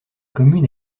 commune